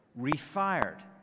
refired